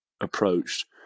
approached